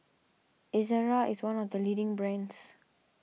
Ezerra is one of the leading brands